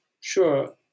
sure